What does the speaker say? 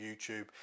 YouTube